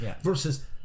versus